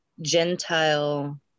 Gentile